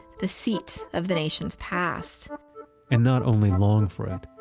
the seat of the nation's past and not only long for it.